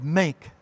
make